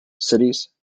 cities